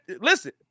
Listen